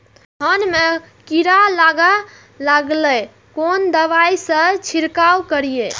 धान में कीरा लाग गेलेय कोन दवाई से छीरकाउ करी?